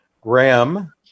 Graham